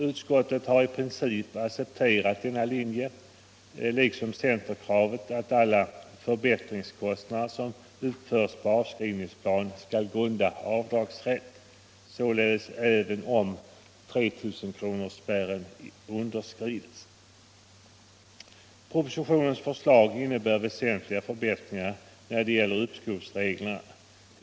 Utskottet har i princip accepterat denna linje liksom centerkravet att alla förbättringskostnader som uppförts på avskrivningsplan skall grunda avdragsrätt, således även om 3 000-kronorsspärren underskrids. Propositionens förslag innebär väsentliga förbättringar när det gäller uppskovsreglerna.